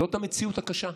זאת המציאות הקשה.